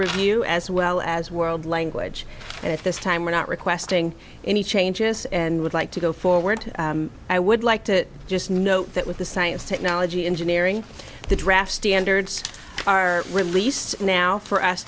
review as well as world language at this time we're not requesting any changes and would like to go forward i would like to just note that with the science technology engineering the draft standards are released now for us